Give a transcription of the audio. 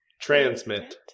Transmit